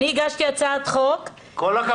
אני הגשתי הצעת חוק -- כל הכבוד.